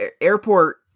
airport